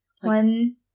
one